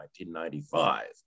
1995